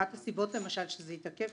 אחת הסיבות למשל שזה התעכב,